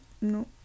no